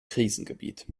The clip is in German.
krisengebiet